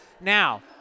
Now –